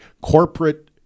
corporate